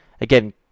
again